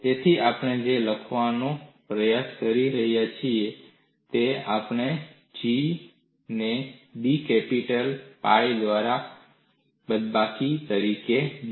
તેથી આપણે જે લખવાનો પ્રયાસ કરી રહ્યા છીએ તે છે આપણે G ને d કેપિટલ pi ના બાદબાકી તરીકે d A